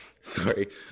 sorry